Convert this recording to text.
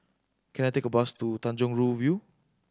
can I take a bus to Tanjong Rhu View